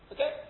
Okay